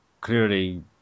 clearly